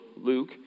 Luke